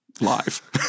live